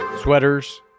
Sweaters